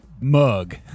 Mug